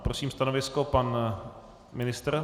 Prosím stanovisko: pan ministr?